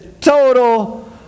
total